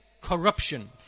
corruption